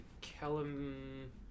Callum